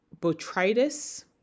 botrytis